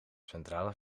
centrale